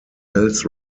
hills